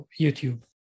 YouTube